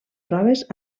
proves